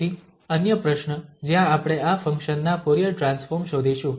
તેથી અન્ય પ્રશ્ન જ્યાં આપણે આ ફંક્શન ના ફુરીયર ટ્રાન્સફોર્મ શોધીશું